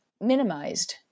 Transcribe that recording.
minimized